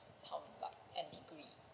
how about an degree